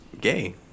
gay